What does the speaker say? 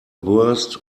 worst